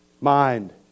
Mind